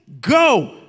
Go